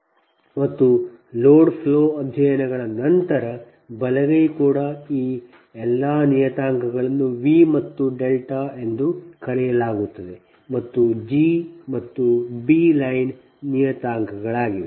ಮತ್ತು load flow ಅಧ್ಯಯನಗಳ ನಂತರ ಬಲಗೈ ಕೂಡ ಈ ಎಲ್ಲಾ ನಿಯತಾಂಕಗಳನ್ನು Vವಿ ಮತ್ತು δ ಎಂದು ಕರೆಯಲಾಗುತ್ತದೆ ಮತ್ತು G ಮತ್ತು B ಲೈನ್ ನಿಯತಾಂಕಗಳಾಗಿವೆ